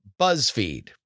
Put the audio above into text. BuzzFeed